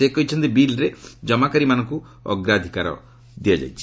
ସେ କହିଛନ୍ତି ବିଲ୍ରେ କମାକାରୀମାନଙ୍କୁ ଅଗ୍ରାଧିକାର ଦିଆଯାଇଛି